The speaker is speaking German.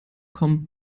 kommt